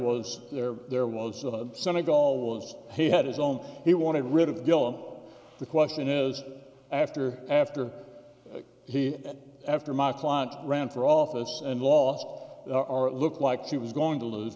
was there there was the senegal was he had his own he wanted rid of gillam the question is after after he after my client ran for office and laws are looked like she was going to lose